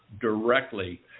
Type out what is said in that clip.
directly